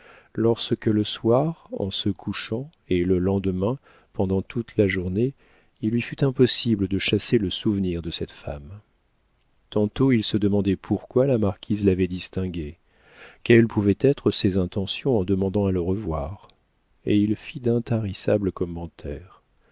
lorsque le soir en se couchant et le lendemain pendant toute la journée il lui fut impossible de chasser le souvenir de cette femme tantôt il se demandait pourquoi la marquise l'avait distingué quelles pouvaient être ses intentions en demandant à le revoir et il fit d'intarissables commentaires